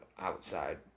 outside